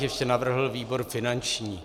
Ještě bych navrhl výbor finanční.